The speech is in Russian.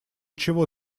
чего